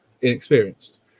inexperienced